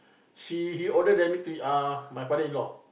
she he order the my uh father-in-law